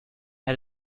had